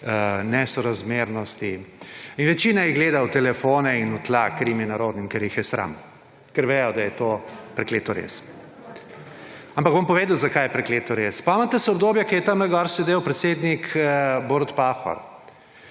nesorazmernosti. In večina jih gleda v telefone in v tla. Ker jim je nerodno, ker jih je sram. Ker vedo, da je to prekleto res. / nemir v dvorani/ Ampak bom povedal, zakaj je prekleto res. Spomnite se obdobja, ko je tamle gor sedel predsednik Borut Pahor.